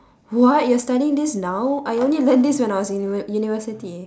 what you are studying this now I only learnt this when I was in university